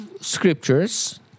scriptures